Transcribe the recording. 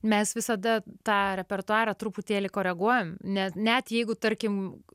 mes visada tą repertuarą truputėlį koreguojam ne net jeigu tarkim